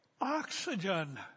Oxygen